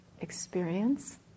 experience